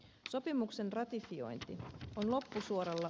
sopimuksen ratifiointi on loppusuoralla